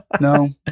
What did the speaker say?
No